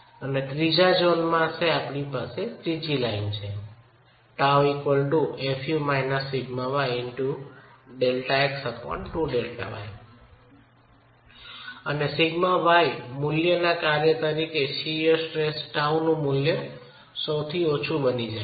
અને ત્રીજા ઝોન માટે આપણી પાસે ત્રીજી લાઇન છે અને σy મૂલ્ય ના કાર્ય તરીકે શીયર સ્ટ્રેસ τ નું મૂલ્ય સૌથી ઓછું બની જાય છે